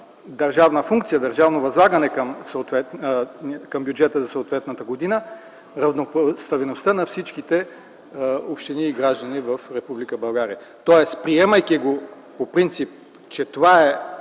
формата на държавно възлагане към бюджета за съответната година равнопоставеността на всички общини и граждани в Република България. Тоест, приемайки по принцип, че това е